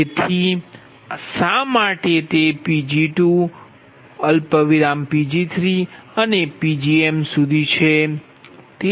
તેથી શા માટે તે Pg2 Pg3 અને Pgm સુધી છે